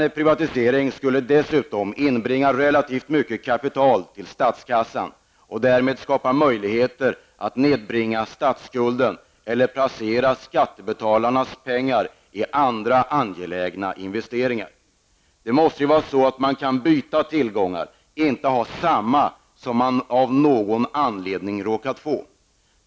En privatisering skulle dessutom inbringa relativt stort kapital till statskassan och därmed skapa möjligheter att nedbringa statsskulden eller placera skattebetalarnas pengar i andra angelägna investeringar. Man måste kunna få byta tillgångar och inte för alltid behålla dem som man av någon anledning har råkat få.